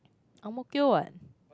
Ang-Mo-Kio what